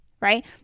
right